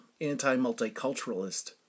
anti-multiculturalist